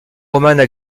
romanes